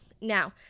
Now